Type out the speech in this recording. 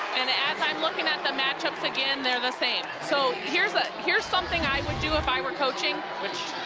and as i um look and at the matchups again, they're the same so here's ah here's something i would do if iwere coaching which,